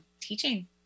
teaching